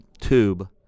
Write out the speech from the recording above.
tube